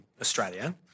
Australia